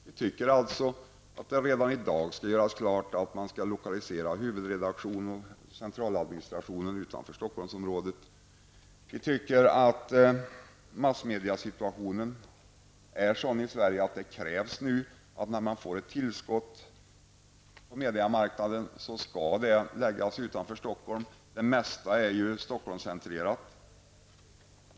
Vi tycker alltså att det redan i dag skall göras klart att man skall lokalisera huvudredaktionen och centraladministrationen utanför Stockholmsområdet. Vi tycker att den massmediala situationen i Sverige nu är sådan att när man nu får ett tillskott till den massmediala marknaden krävs det att detta skall läggas utanför Stockholm. Det mesta är ju Stockholmscentrerat.